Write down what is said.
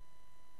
נמצא